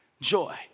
Joy